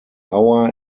hour